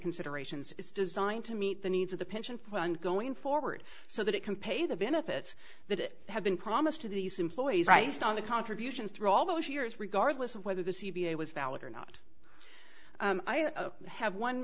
considerations is designed to meet the needs of the pension fund going forward so that it can pay the benefits that have been promised to these employees right on the contributions through all those years regardless of whether the c b i was valid or not i have one